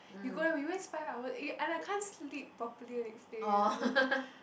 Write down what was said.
you go there we waste five hours eh and I can't sleep properly the next day